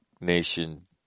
nation